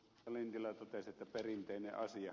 lintilä totesi että perinteinen asia